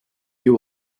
you